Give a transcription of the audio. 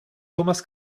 thomas